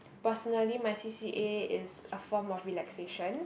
personally my C_C_A is a form of relaxation